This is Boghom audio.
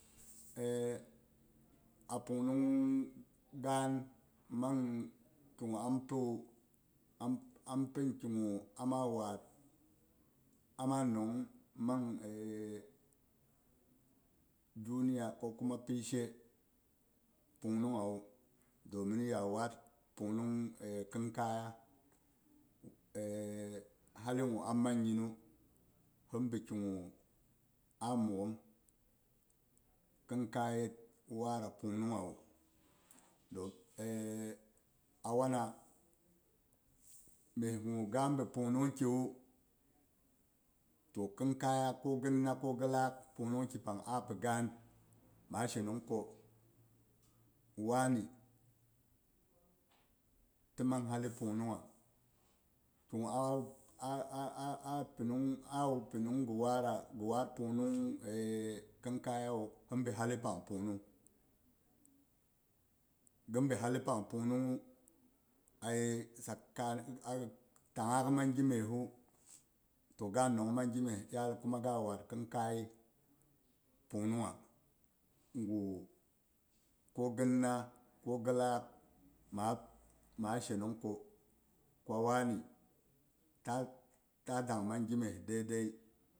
a pungnung gaan mang ki gu am piwu am ampini kigu ama wad, ama nong mang duniya ko kuma pishe pung nungha wu domin ya wad pungnung khin kaya hali gu ammang yinnu hin bi ki a mughum khin kayet wad pungnung ha don a wana meh gu gabi pungnung ki wu to khinkayak ko ghina ko ghi lak pung nung ki pang a pi gaan, ma shenong ko wani tin mang hali pung nungha ke gu a a a a pinung a pinung ghi wara ghi wad pung nung khin kai ya wu bi hali pang pung nung. Khin bi hali pang pung nung hu aye sakani ta ak mang gi messu to ga nong mang gi meh iyal kuma ga a wad khin kay pung nungha gu ko ghin na ko ghi lak ma a ma a she nong ko, kwa wani ta dang mang gi meh dai dai yu.